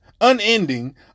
unending